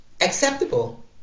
acceptable